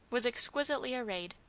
was exquisitely arrayed,